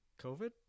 COVID